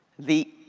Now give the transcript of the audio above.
the